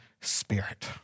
spirit